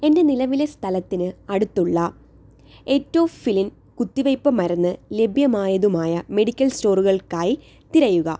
എൻ്റെ നിലവിലെ സ്ഥലത്തിന് അടുത്തുള്ള എറ്റോഫിലിൻ കുത്തിവയ്പ്പ് മരുന്ന് ലഭ്യമായതുമായ മെഡിക്കൽ സ്റ്റോറുകൾക്കായി തിരയുക